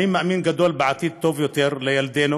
אני מאמין גדול בעתיד טוב יותר לילדינו